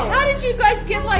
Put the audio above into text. how did you guys get like